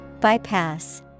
Bypass